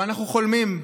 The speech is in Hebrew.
אבל אנחנו חולמים.